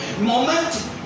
Moment